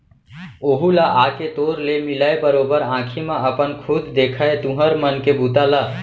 ओहूँ ह आके तोर ले मिलय, बरोबर आंखी म अपन खुद देखय तुँहर मन के बूता ल